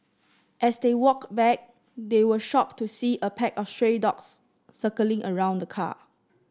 as they walked back they were shocked to see a pack of stray dogs circling around the car